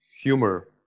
humor